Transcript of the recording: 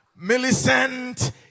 Millicent